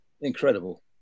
incredible